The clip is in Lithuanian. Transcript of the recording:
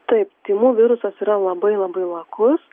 taip tymų virusas yra labai labai lakus